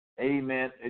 amen